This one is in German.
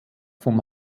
vom